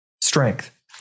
strength